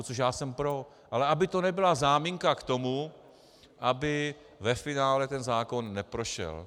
Což já jsem pro, ale aby to nebyla záminka k tomu, aby ve finále ten zákon neprošel.